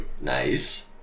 Nice